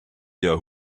their